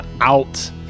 out